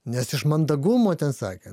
nes iš mandagumo ten sakė